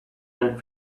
and